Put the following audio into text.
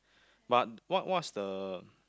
but what what's the